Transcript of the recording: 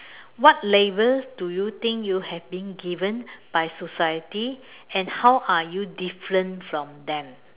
what labels do you think you have been given by society and how are you different from them